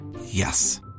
Yes